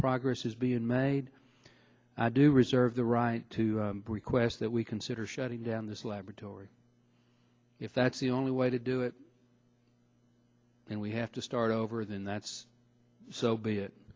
progress is being made i do reserve the right to request that we consider shutting down this laboratory if that's the only way to do it and we have to start over then that's so be it